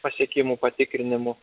pasiekimų patikrinimų